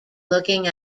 looking